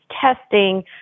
testing